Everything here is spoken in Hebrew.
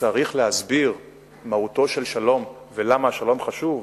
צריך להסביר מהותו של שלום ולמה השלום חשוב?